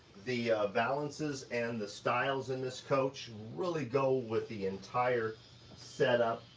the valances and the styles in this coach really go with the entire setup.